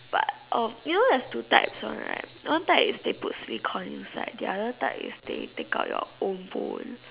but um you know there's two types one right one type is they put silicon inside the other type is they take out your old bone